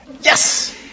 Yes